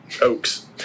oaks